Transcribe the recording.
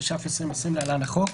התש״ף-2020 (להלן- החוק),